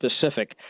specific